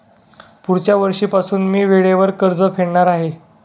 पुढच्या वर्षीपासून मी वेळेवर कर्ज फेडणार आहे